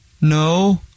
no